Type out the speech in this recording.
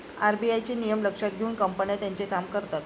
RBI चे नियम लक्षात घेऊन कंपन्या त्यांचे काम करतात